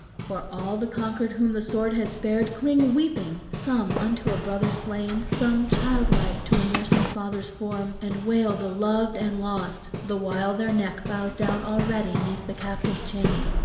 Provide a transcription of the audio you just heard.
for all the conquered whom the sword has spared cling weeping some unto a brother slain, some childlike to a nursing father's form, and wail the loved and lost, the while their neck bows down already neath the captive's chain.